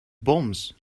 bombs